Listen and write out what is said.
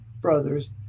brothers